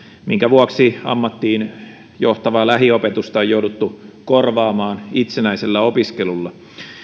minkä vuoksi ammattiin johtavaa lähiopetusta on jouduttu korvaamaan itsenäisellä opiskelulla